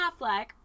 Affleck